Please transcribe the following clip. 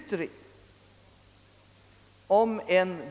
67—68).